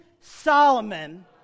Solomon